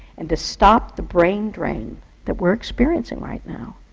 and to stop the brain drain that we're experiencing right now,